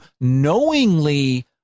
knowingly